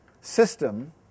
system